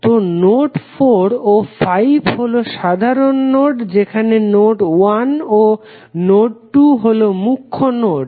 তো নোড 4 ও 5 হলো সাধারণ নোড যেখানে নোড 1 ও নোড 2 হলো মুখ্য নোড